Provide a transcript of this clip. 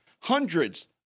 Hundreds